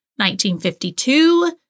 1952